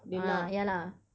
ah ya lah